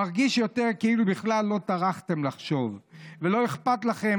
/ מרגיש יותר כאילו בכלל לא טרחתם לחשוב / ולא אכפת לכם,